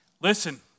Listen